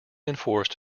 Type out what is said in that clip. enforced